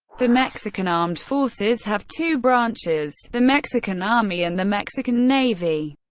the mexican armed forces have two branches the mexican army, and the mexican navy.